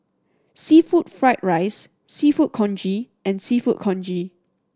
seafood fried rice Seafood Congee and Seafood Congee